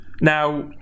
now